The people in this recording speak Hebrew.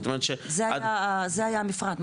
זה היה המפרט.